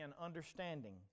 understanding